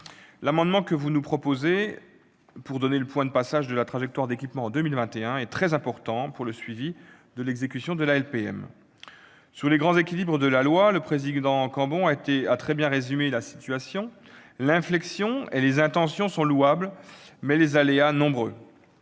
L'amendement que vous nous proposez pour donner le point de passage de la trajectoire d'équipement en 2021 est très important pour le suivi de l'exécution de la LPM. Sur les grands équilibres de la loi, M. Cambon a très bien résumé la situation : l'inflexion et les intentions sont louables, mais les aléas, nombreux.